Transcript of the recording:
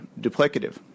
duplicative